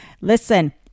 Listen